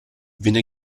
viene